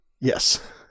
yes